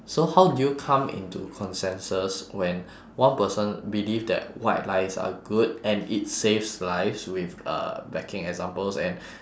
so how do you come into consensus when one person believe that white lies are good and it saves lives with uh backing examples and